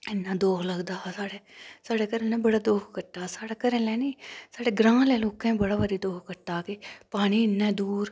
इन्ना दुख लगदा हा साढ़ै साढ़े घरे आह्लैं बड़ा दुख कट्टा साढ़ै घरै आह्लै निं साढ़े ग्रांऽ ओह्लैं लोकैं बी बड़ा भारी दुख कट्टा के पानी इन्नै दूर